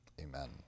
Amen